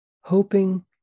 Hoping